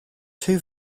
two